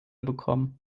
bekommen